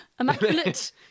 immaculate